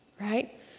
Right